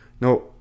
No